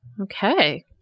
okay